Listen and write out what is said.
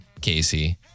Casey